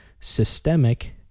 systemic